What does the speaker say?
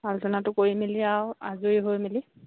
আলোচনাটো কৰি মেলি আৰু আজৰি হৈ মেলি